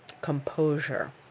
composure